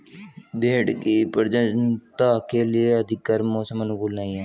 भेंड़ की प्रजननता के लिए अधिक गर्म मौसम अनुकूल नहीं है